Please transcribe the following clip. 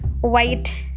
white